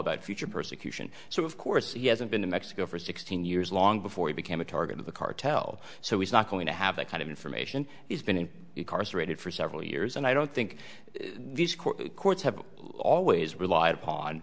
about future persecution so of course he hasn't been in mexico for sixteen years long before he became a target of the cartel so he's not going to have the kind of information he's been in cars rated for several years and i don't think the courts have always relied upon